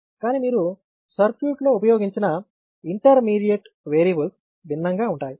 కానీ మీరు సర్క్యూట్లో ఉపయోగించిన ఇంటర్మీడియట్ వేరియబుల్స్ భిన్నంగా ఉంటాయి